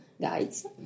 guides